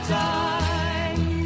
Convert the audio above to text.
time